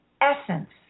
essence